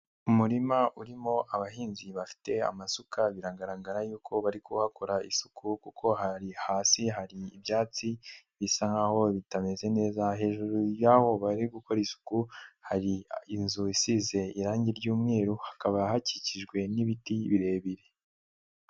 Umurima urimo abahinzi bafite amasuka, biragaragara yuko bari kuhakora isuku kuko hari hasi hari ibyatsi, bisa nkaho bitameze neza, hejuru y'aho bari gukora isuku, hari inzu isize irangi ry'umweru, hakaba hakikijwe n'ibiti birebire.